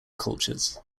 cultures